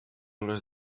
les